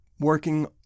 working